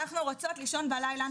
אנחנו רוצות לישון בלילה,